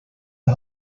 the